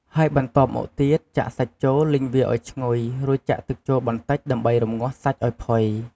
ហើយបន្ទាប់មកទៀតចាក់សាច់ចូលលីងវាឱ្យឈ្ងុយ រួចចាក់ទឹកចូលបន្តិចដើម្បីរម្ងាស់សាច់ឱ្យផុយ។